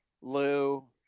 Lou